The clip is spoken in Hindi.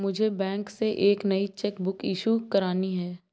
मुझे बैंक से एक नई चेक बुक इशू करानी है